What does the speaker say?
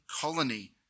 colony